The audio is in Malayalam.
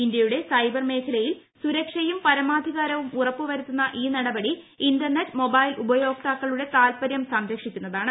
ഇന്തൃയുടെ സൈബർ മേഖലയിൽ സുരക്ഷയും പരമാധികാരവും ഉറപ്പുവരുത്തുന്ന ഈ നടപടി ഇന്റർനെറ്റ് മൊബൈൽ ഉപയോക്താക്കളുടെ താൽപ്പര്യം സംരക്ഷിക്കുന്നതാണ്